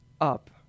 up